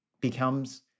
becomes